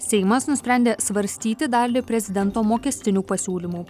seimas nusprendė svarstyti dalį prezidento mokestinių pasiūlymų